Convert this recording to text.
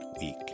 week